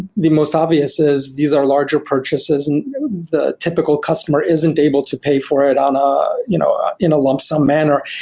the most obvious is these are larger purchases and the typical customer isn't able to pay for it ah you know ah in a lump sum manner.